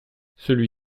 celui